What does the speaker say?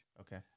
Okay